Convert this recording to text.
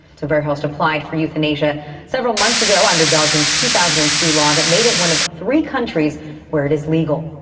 verhelst applied for euthanasia several months ago under belgium's two thousand and two law that made it one of three countries where it is legal.